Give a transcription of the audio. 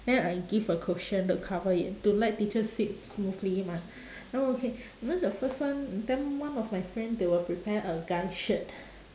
then I give a cushion to cover it to let teacher sit smoothly mah then okay then the first one then one of my friend they will prepare a guy's shirt